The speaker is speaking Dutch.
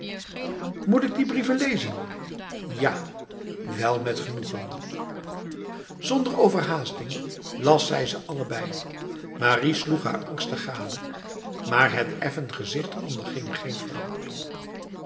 moet ik die brieven lezen ja wel met genoegenf zonder overhaasting las zij ze allebei marie sloeg haar angstig gade maar het effen gezicht onderging geen verandering